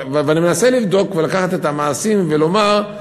אני מנסה לבדוק ולקחת את המעשים ולומר,